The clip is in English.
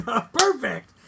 Perfect